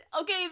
Okay